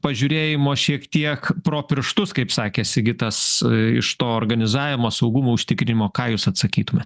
pažiūrėjimo šiek tiek pro pirštus kaip sakė sigitas iš to organizavimo saugumo užtikrinimo ką jūs atsakytumėt